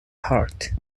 heart